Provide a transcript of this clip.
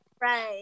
Right